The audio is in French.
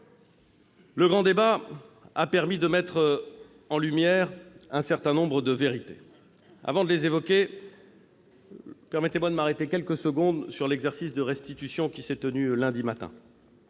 Le grand débat a permis de mettre en lumière un certain nombre de vérités. Avant de les évoquer, permettez-moi de m'arrêter quelques secondes sur l'exercice de restitution qui s'est tenu lundi matin.